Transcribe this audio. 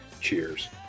Cheers